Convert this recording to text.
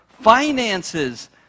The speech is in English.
finances